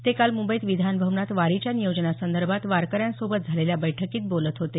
ते काल मुंबईत विधानभवनात वारीच्या नियोजनासंदर्भात वारकऱ्यांसोबत झालेल्या बैठकीत बोलत होते